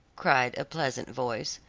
cried a pleasant voice.